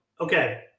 okay